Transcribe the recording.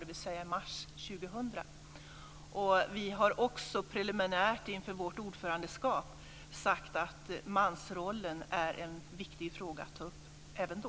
Den kommer att äga rum i mars 2000. Vi har också inför vårt ordförandeskap sagt att mansrollen preliminärt är en viktig fråga att ta upp även då.